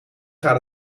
gaat